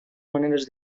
maneres